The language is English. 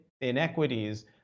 inequities